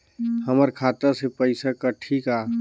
हमर खाता से पइसा कठी का?